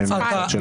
אתה חוצפן.